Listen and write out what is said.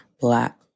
black